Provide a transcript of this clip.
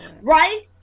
right